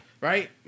Right